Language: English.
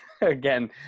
again